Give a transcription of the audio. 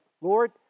Lord